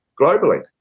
globally